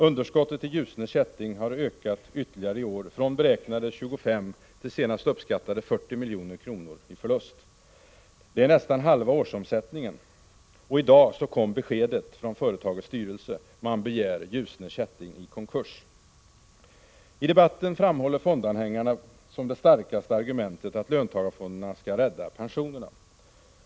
Underskottet i Ljusne Kätting har ytterligare ökat i år — från beräknade 25 till senast uppskattade 40 milj.kr. i förlust. Det är nästan halva årsomsättningen. I dag kom beskedet från företagets styrelse — man begär Ljusne Kätting i konkurs! I debatten framhåller fondanhängarna som det starkaste argumentet, att löntagarfonderna skall rädda pensionerna.